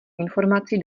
informací